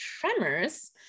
tremors